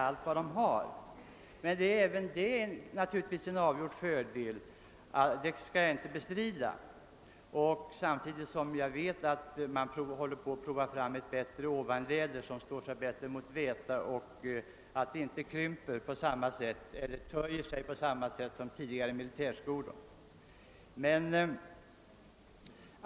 Att det är en avgjord fördel att denna möjlighet finns skall jag självfallet inte bestrida. Jag vet också att man håller på. att försöka få fram en bättre typ. av ovanläder, som står sig bättre mot väta och inte töjer sig på samma sätt som varit fallet med tidigare militärskodon.